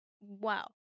wow